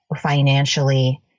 financially